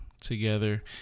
together